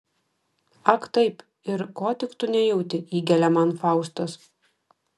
ak taip ir ko tik tu nejauti įgelia man faustas